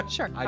Sure